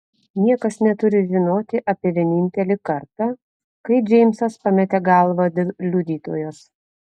niekas neturi žinoti apie vienintelį kartą kai džeimsas pametė galvą dėl liudytojos